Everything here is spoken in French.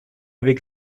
avait